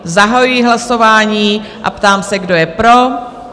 Zahajuji hlasování a ptám se, kdo je pro?